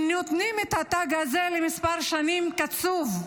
הם נותנים את התג הזה למספר שנים קצוב,